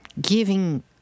giving